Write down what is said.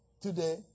today